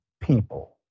people